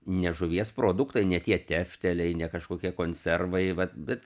ne žuvies produktai ne tie tefteliai ne kažkokie konservai vat bet